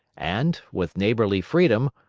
and, with neighborly freedom,